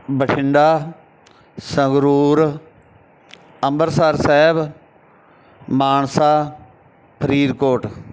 Bathinda Sangrur Amritsar Sahib Mansa Faridkot